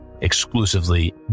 exclusively